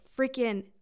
freaking